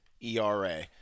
ERA